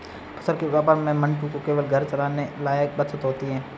फल के व्यापार में मंटू को केवल घर चलाने लायक बचत होती है